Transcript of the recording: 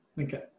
Okay